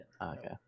Okay